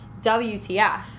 WTF